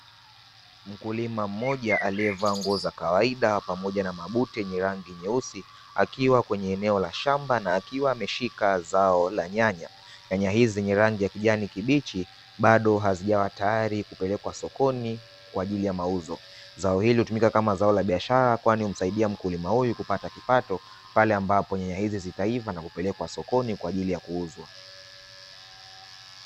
Mkulima mmoja alie vaa nguo za kawaida pamoja na mabuti yenye rangi nyeusi, akiwa kwenye eneo la shamba, na akiwa ameshika zao la nyanya , nyanya hizi zenye kijani kibichi bado hazijawa tayari kupelekwa sokoni kwaajili ya mauzo. Zao hili hutumika kama zao la biashara kwani humsaidia mkulima huyu kupata kipato pale ambapo nyanya hizi zitaiva na kupelekwa sokoni kwaajili ya kuuzwa.